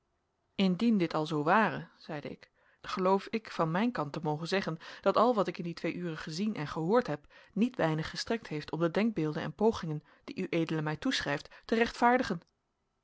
indien dit al zoo ware zeide ik geloof ik van mijn kant te mogen zeggen dat al wat ik in die twee uren gezien en gehoord heb niet weinig gestrekt heeft om de denkbeelden en pogingen die ued mij toeschrijft te